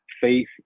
faith